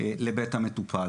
לבית המטופל.